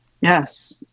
Yes